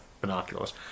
binoculars